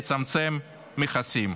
לצמצם מכסים.